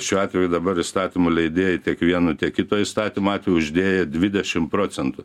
šiuo atveju dabar įstatymų leidėjai tik vienu tiek kito įstatymo atveju uždėję dvidešim procentų